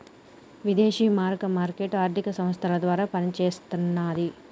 విదేశీ మారక మార్కెట్ ఆర్థిక సంస్థల ద్వారా పనిచేస్తన్నది